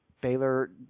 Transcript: Baylor